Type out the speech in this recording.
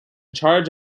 charge